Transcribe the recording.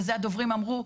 וזה הדוברים אמרו.